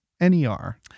N-E-R